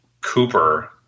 Cooper